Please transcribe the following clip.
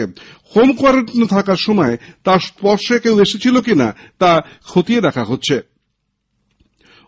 home কোয়ারান্টাইনে থাকার সময় তার সংস্পর্শে কেউ এসেছিল কিনা তা খতিয়ে দেখা হচ্ছে